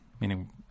meaning